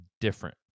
different